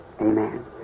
Amen